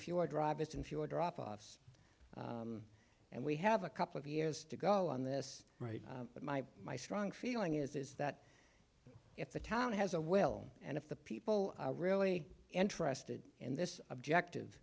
fewer drive it and fewer drop offs and we have a couple of years to go on this right but my my strong feeling is that if the town has a will and if the people are really interested in this objective